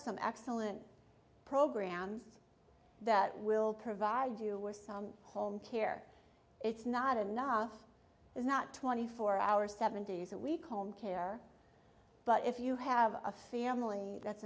some excellent programs that will provide you with some home care it's not enough is not twenty four hour seven days a week home care but if you have a family that's